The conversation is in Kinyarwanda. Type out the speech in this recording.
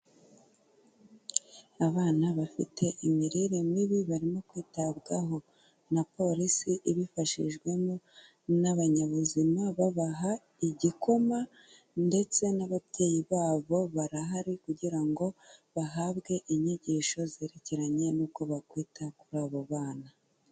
Abana bafite imirire mibi barimo kwitabwaho na polisi ibifashijwemo n'abanyabuzima babaha igikoma ndetse n'ababyeyi babo barahari kugira ngo bahabwe inyigisho zerekeranye n'uko bakwita kuri abo bana.